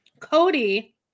Cody